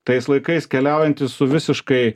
tais laikais keliaujantys su visiškai